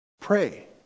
pray